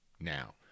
now